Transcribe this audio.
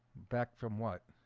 back, from what?